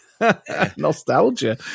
nostalgia